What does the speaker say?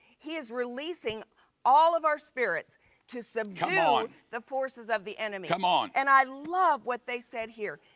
he is releasing all of our spirits to subdue ah and the forces of the enemy. come on. and i love what they said here.